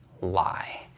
lie